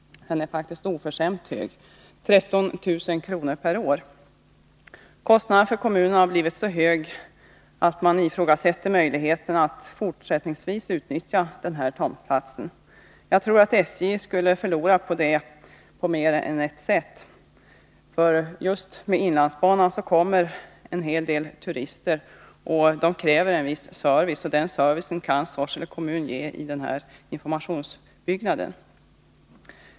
Den är faktiskt oförskämt hög — 13 000 kr. per år. Kostnaden för kommunen har blivit så hög att man ifrågasätter möjligheten att fortsättningsvis utnyttja den här tomten. Jag tror att SJ skulle förlora på det på mer än ett sätt, för just med inlandsbanan kommer en hel del turister till kommunen, och de kräver en viss service. Den servicen kan Sorsele kommun ge i den här informationsbyggnaden.